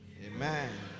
Amen